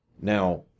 Now